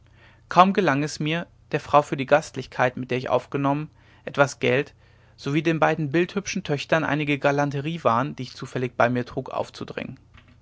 kaum gelang es mir der frau für die gastlichkeit mit der ich aufgenommen etwas geld sowie den beiden bildhübschen töchtern einige galanteriewaren die ich zufällig bei mir trug aufzudringen